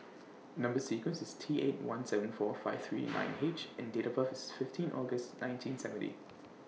Number sequence IS T eight one seven four five three nine H and Date of birth IS fifteen August nineteen seventy